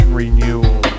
renewal